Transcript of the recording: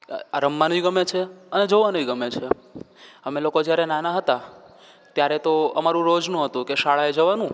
આ રમવાનુંય ગમે છે અને જોવાનુંય ગમે છે અમે લોકો જયારે નાના હતા ત્યારે તો અમારું રોજનું હતું કે શાળાએ જવાનું